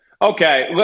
Okay